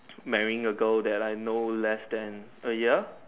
marrying a girl that I know less than a year